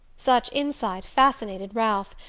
such insight fascinated ralph,